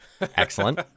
Excellent